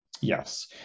Yes